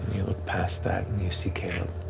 you look past that and you see caleb.